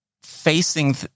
facing